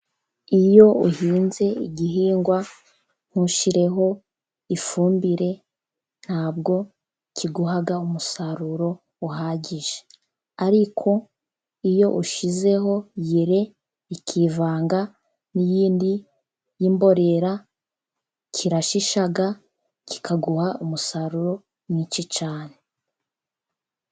Iyo uhinze igihingwa ntushyireho ifumbire ntabwo kiguha umusaruro uhagije, ariko iyo ushyizeho ire ikivanga n'iyindi y'imborera, kirashisha kikaguha umusaruro mwinshi cyane.